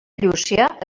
llúcia